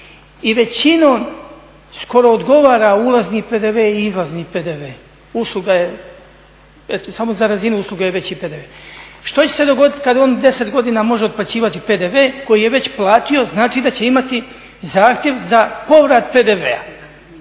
i većinom skoro odgovara ulazni PDV i izlazni PDV, usluga je, samo za razinu usluge je veći PDV. Što će se dogoditi kada on 10 godina može otplaćivati PDV koji je već platio, znači da će imati zahtjev za povrat PDV-a.